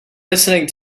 listening